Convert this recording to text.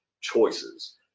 choices